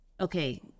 okay